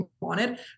wanted